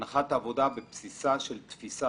מחלק מהבנקים שמענו שהם יכולים להשתתף,